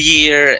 Year